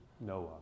Noah